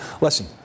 Listen